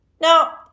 Now